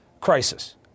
crisis